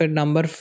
number